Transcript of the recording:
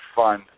fun